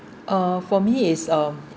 uh for me is um